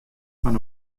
fan